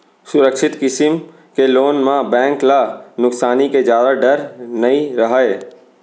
सुरक्छित किसम के लोन म बेंक ल नुकसानी के जादा डर नइ रहय